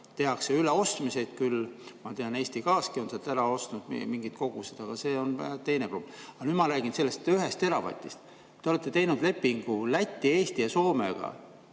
Tehakse üleostmised küll, ma tean, et Eesti Gaaski on sealt ära ostnud mingid kogused, aga see on asja teine pool. Nüüd ma räägin sellest ühest teravatist. Te olete teinud lepingu Läti, Eesti ja Soomega